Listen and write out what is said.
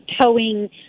towing